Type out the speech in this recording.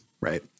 right